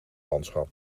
landschap